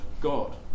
God